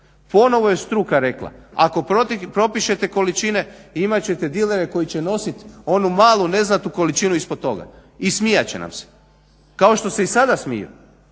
Ponovo je struka rekla, ako propišete količine imat ćete dilere koji će nosit onu malu neznatnu količinu ispod toga i smijat će nam se kao što se i sada smiju.